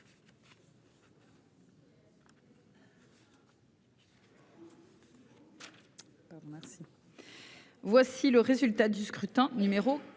merci.